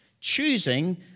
choosing